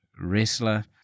wrestler